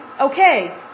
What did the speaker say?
Okay